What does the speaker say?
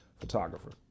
photographer